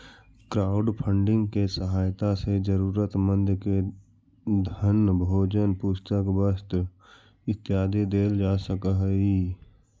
crowdfunding के सहायता से जरूरतमंद के धन भोजन पुस्तक वस्त्र इत्यादि देल जा सकऽ हई